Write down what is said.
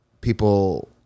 people